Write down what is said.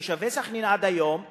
שתושבי סח'נין עד היום סובלים,